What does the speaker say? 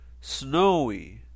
Snowy